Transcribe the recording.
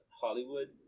Hollywood